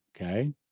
Okay